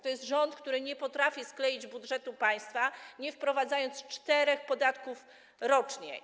To jest rząd, który nie potrafi skleić budżetu państwa, nie wprowadzając czterech podatków rocznie.